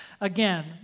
Again